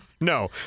no